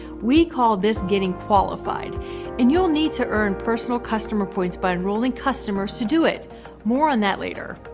we call this getting qualified and you'll need to earn personal customer points by enrolling customers to do it more on that later.